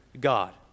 God